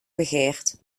begeerd